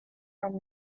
from